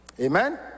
Amen